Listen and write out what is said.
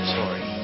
sorry